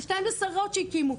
ושתיים זה שרות שהקימו,